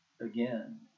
again